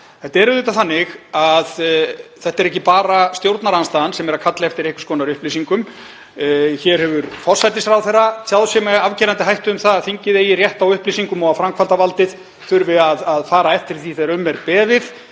hafa verið að tala um. Það er ekki bara stjórnarandstaðan sem kallar eftir einhvers konar upplýsingum. Hér hefur forsætisráðherra tjáð sig með afgerandi hætti um að þingið eigi rétt á upplýsingum og að framkvæmdarvaldið þurfi að fara eftir því þegar um er beðið.